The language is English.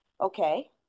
Okay